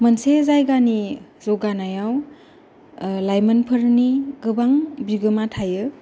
मोनसे जायगानि जौगानायाव लाइमोनफोरनि गोबां बिगोमा थायो